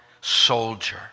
soldier